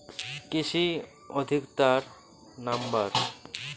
কৃষি অধিকর্তার নাম্বার?